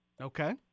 Okay